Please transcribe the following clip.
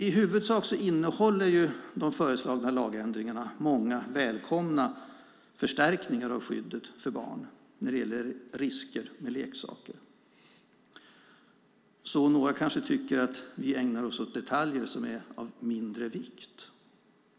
I huvudsak innehåller de föreslagna lagändringarna många välkomna förstärkningar av skyddet för barn när det gäller risker med leksaker, så några kanske tycker att vi ägnar oss åt detaljer som är av mindre vikt.